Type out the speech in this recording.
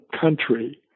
country